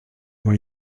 were